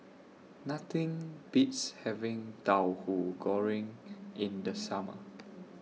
Nothing Beats having Tauhu Goreng in The Summer